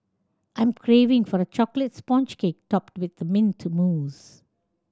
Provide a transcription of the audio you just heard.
I'm craving for a chocolate sponge cake topped with mint mousse